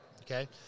okay